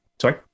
sorry